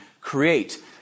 create